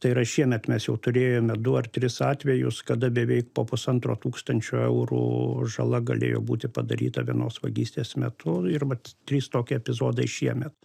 tai yra šiemet mes jau turėjome du ar tris atvejus kada beveik po pusantro tūkstančio eurų žala galėjo būti padaryta vienos vagystės metu ir vat trys tokie epizodai šiemet